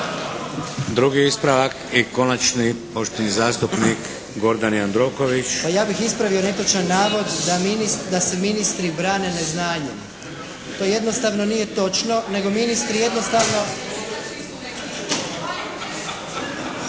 Drugi ispravak i konačni, poštovani zastupnik Gordan Jandroković. **Jandroković, Gordan (HDZ)** Pa ja bih ispravio netočan navod da se ministri brane neznanjem. To jednostavno nije točno nego ministri jednostavno